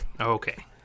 Okay